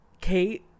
Kate